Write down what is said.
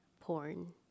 Porn